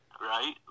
Right